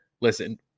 listen